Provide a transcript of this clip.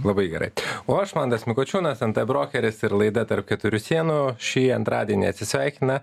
labai gerai o aš mantas mikočiūnas nt brokeris ir laida tarp keturių sienų šį antradienį atsisveikina